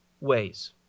ways